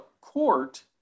court